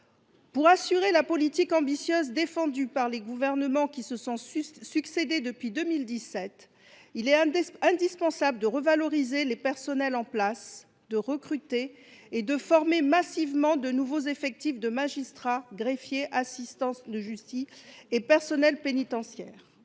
Pour assurer la politique ambitieuse défendue par les gouvernements qui se sont succédé depuis 2017, il est indispensable de revaloriser les personnels en place, de recruter et de former massivement de nouveaux effectifs de magistrats, greffiers, assistants de justice et personnels pénitentiaires.